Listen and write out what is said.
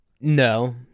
No